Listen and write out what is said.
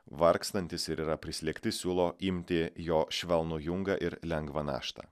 vargstantys ir yra prislėgti siūlo imti jo švelnų jungą ir lengvą naštą